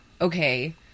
okay